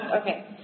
okay